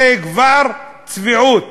זה כבר צביעות.